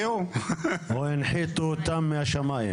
הנחיתו אותם מהשמיים?